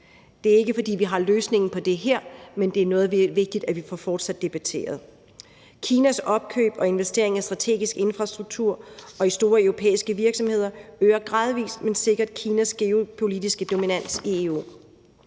Det er ikke, fordi vi har løsningen på det her, men det er noget, det er vigtigt vi fortsat får debatteret. Kinas opkøb og investeringer i strategisk infrastruktur og i store europæiske virksomheder øger gradvis, men sikkert Kinas geopolitiske dominans i EU.